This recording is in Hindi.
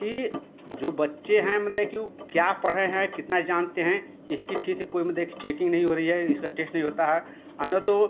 कि जो बच्चे हैं मतलब कि ऊ क्या पढ़ रहे हैं कितना जानते हैं इसकी ठीक से कोई में देख चेकिंग नही हो रही है इसका टेश्ट नही होता है ना तो